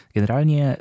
Generalnie